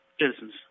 citizens